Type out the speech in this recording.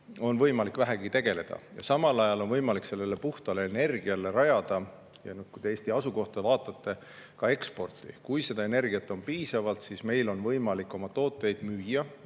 Sellega saab tegeleda. Ja samal ajal on võimalik sellele puhtale energiale rajada, kui te Eesti asukohta vaatate, ka eksporti. Kui seda energiat on piisavalt, siis meil on võimalik oma tooteid müüa